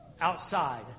outside